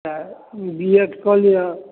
चाहे B Ed कऽ लिअ